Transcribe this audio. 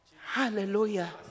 Hallelujah